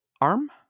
ARM